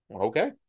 okay